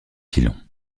pilon